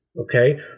okay